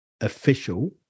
official